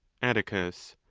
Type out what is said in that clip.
atticus.